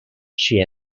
she